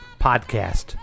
podcast